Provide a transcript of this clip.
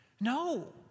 No